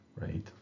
right